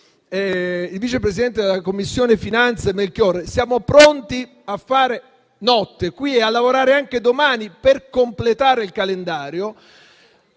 il vice presidente della Commissione finanze Melchiorre, siamo pronti a fare notte qui e a lavorare anche domani per completare il calendario.